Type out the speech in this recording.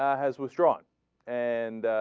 ah has withdrawn and